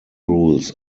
rules